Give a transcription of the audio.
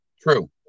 True